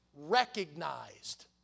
recognized